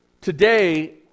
Today